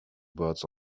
words